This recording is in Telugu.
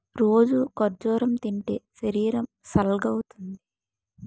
రోజూ ఖర్జూరం తింటే శరీరం సల్గవుతుంది